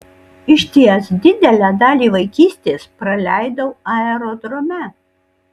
išties didelę dalį vaikystės praleidau aerodrome